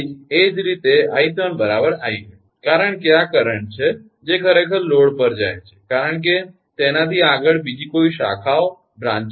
તેથી એ જ રીતે 𝐼7 𝑖8 કારણ કે આ કરંટ છે જે ખરેખર લોડ પર જાય છે કારણ કે તેનાથી આગળ બીજી કોઈ શાખાઓ નથી